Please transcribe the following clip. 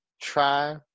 try